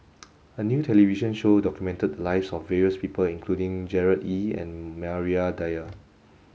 a new television show documented the lives of various people including Gerard Ee and Maria Dyer